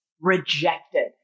rejected